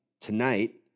tonight